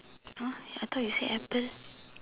!huh! I thought you say apple